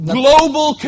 global